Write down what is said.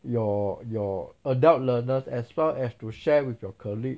your your adult learners as well as to share with your colleague